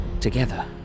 together